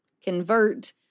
convert